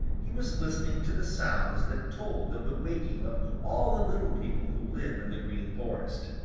he was listening to the sounds that told of the waking of all the little people who live in the green forest.